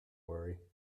worry